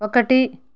ఒకటి